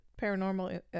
paranormal